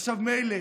עכשיו, מילא